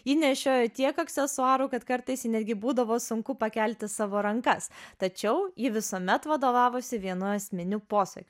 ji nešiojo tiek aksesuarų kad kartais jai netgi būdavo sunku pakelti savo rankas tačiau ji visuomet vadovavosi vienu esminiu posakiu